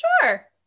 sure